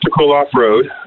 off-road